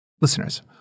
Listeners